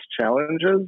challenges